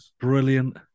Brilliant